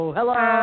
Hello